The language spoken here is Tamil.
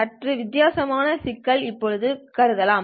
சற்றே வித்தியாசமான சிக்கல் ஐ இப்போது கருதலாம்